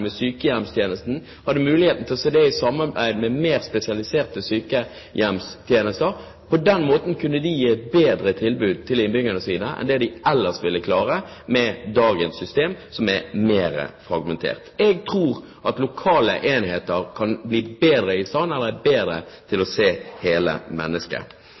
med sykehjemstjenesten, hadde muligheten til å se dem i sammenheng med mer spesialiserte sykehjemstjenester. På den måten kunne de gi et bedre tilbud til innbyggerne sine enn det de ellers ville klare med dagens system, som er mer fragmentert. Jeg tror at lokale enheter kan være bedre til å se hele mennesket. Så er